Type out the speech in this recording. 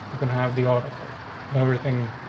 we can have the orders, ah so everything.